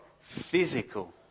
physical